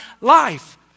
life